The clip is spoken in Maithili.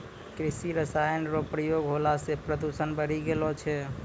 कृषि रसायन रो प्रयोग होला से प्रदूषण बढ़ी गेलो छै